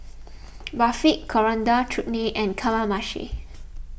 Barfi Coriander Chutney and Kamameshi